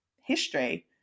history